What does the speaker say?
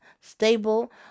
stable